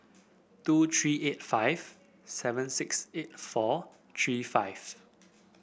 two three eight five seven six eight four three five